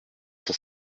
cent